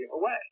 away